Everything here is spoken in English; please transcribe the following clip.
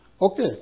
Okay